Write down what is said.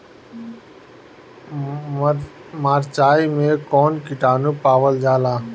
मारचाई मे कौन किटानु पावल जाला?